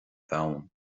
domhan